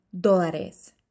dólares